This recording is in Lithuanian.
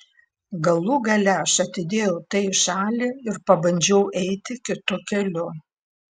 galų gale aš atidėjau tai į šalį ir pabandžiau eiti kitu keliu